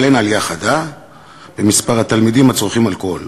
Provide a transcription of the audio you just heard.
אבל אין עלייה חדה במספר התלמידים הצורכים אלכוהול,